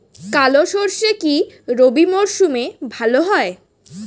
কালো সরষে কি রবি মরশুমে ভালো হয়?